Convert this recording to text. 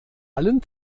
allen